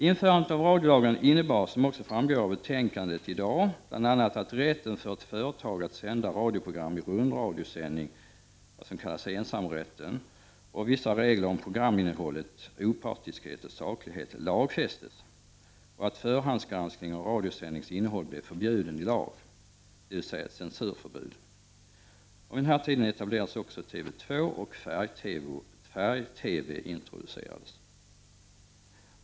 Införandet av radiolagen innebar, som också framgår av det betänkande som föreligger i dag, bl.a. att rätten för ett företag att sända radioprogram i rundradiosändning, vad som kallas ensamrätten, och vissa regler om programinnehållet, opartiskhet och saklighet, lagfästes och att förhandsgranskning av radiosändnings innehåll blev förbjuden i lag, dvs. censurförbud infördes. Vid den här tiden etablerades TV 2, och färg-TV introducerades.